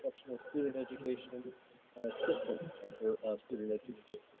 exceptional student education and and assistant director of student education.